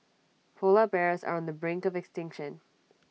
Polar Bears are on the brink of extinction